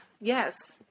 yes